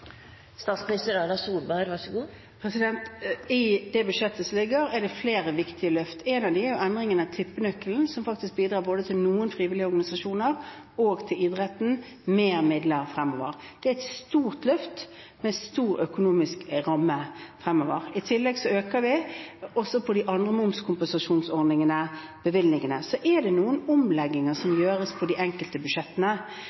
I det budsjettforslaget som foreligger, er det flere viktige løft. Ett av dem er endringen av tippenøkkelen, som faktisk bidrar både til noen frivillige organisasjoner og til idretten med midler fremover. Det er et stort løft med en stor økonomisk ramme. I tillegg øker vi bevilgningene når det gjelder de andre momskompensasjonsordningene. Så er det noen omlegginger som